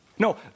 No